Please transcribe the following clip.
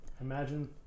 imagine